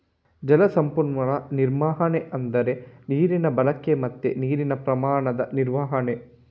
ಜಲ ಸಂಪನ್ಮೂಲ ನಿರ್ವಹಣೆ ಅಂದ್ರೆ ನೀರಿನ ಬಳಕೆ ಮತ್ತೆ ನೀರಿನ ಪ್ರಮಾಣದ ನಿರ್ವಹಣೆ